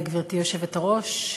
גברתי היושבת-ראש,